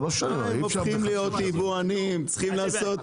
הם הופכים להיות יבואנים, צריכים לעשות